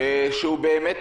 שהוא באמת